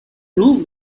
room